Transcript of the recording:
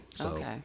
Okay